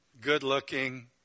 good-looking